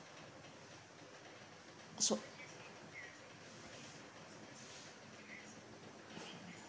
so